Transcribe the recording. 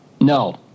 No